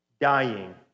dying